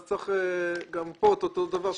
צריך גם כאן את אותו דבר,